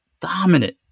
dominant